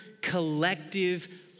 collective